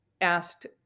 asked